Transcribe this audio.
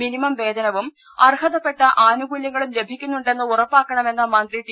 minimum വേതനവും അർഹതപ്പെട്ട ആനുകൂല്യ ങ്ങളും ലഭിക്കു ന്നു ണ്ടെന്ന് ഉറ പ്പാക്കണ മെന്ന മന്ത്രി ടി